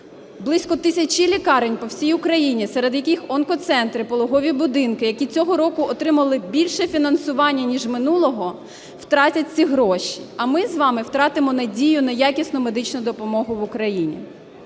Близько тисячі лікарень по всій Україні, серед яких онкоцентри, пологові будинки, які цього року отримали більше фінансування, ніж минулого, втратять ці гроші, а ми з вами втратимо надію на якісну медичну допомогу в Україні.